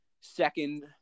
second